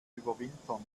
überwintern